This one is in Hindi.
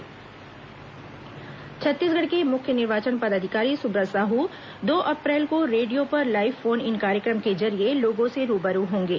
सुब्रत साहू फोन इन कार्यक्रम छत्तीसगढ़ के मुख्य निर्वाचन पदाधिकारी सुब्रत साहू दो अप्रैल को रेडियो पर लाइव फोन इन कार्यक्रम के जरिए लोगों से रूबरू होंगे